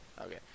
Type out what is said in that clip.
Okay